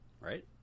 right